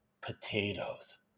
potatoes